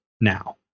now